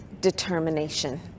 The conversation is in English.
determination